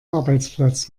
arbeitsplatz